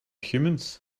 humans